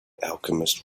alchemist